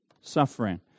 suffering